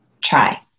try